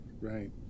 Right